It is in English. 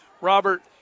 Robert